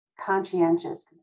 conscientious